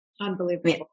Unbelievable